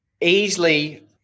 Easily